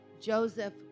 Joseph